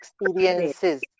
experiences